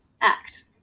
act